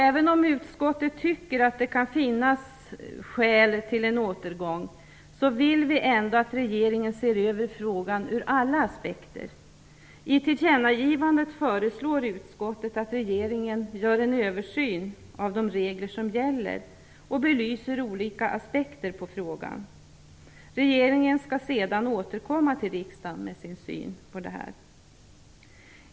Även om utskottet tycker att det kan finnas skäl till en återgång vill vi ändå att regeringen ser över frågan ur alla aspekter. I tillkännagivandet föreslår utskottet att regeringen gör en översyn av de regler som gäller och belyser olika aspekter på frågan. Regeringen skall sedan återkomma till riksdagen med sin syn på detta.